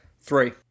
Three